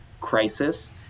crisis